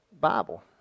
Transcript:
Bible